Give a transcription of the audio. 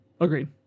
agreed